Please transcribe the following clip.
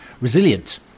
resilient